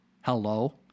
Hello